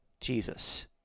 Jesus